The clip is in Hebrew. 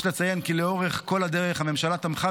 יש לציין כי לאורך כל הדרך הממשלה תמכה,